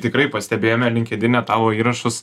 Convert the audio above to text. tikrai pastebėjome linkedine tavo įrašus